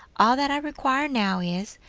all that i require now is,